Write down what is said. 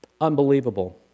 Unbelievable